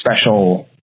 special